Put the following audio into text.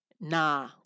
nah